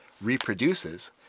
reproduces